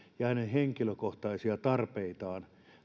ja henkilökohtaisia tarpeita